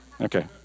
Okay